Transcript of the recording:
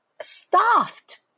staffed